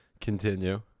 continue